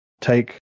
take